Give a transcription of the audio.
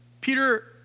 Peter